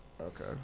Okay